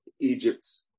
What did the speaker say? Egypt